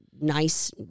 Nice